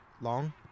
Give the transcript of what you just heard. long